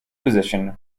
position